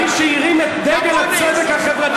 האיש שהרים את דגל הצדק החברתי.